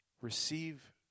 Receive